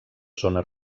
zones